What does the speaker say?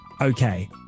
okay